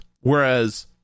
Whereas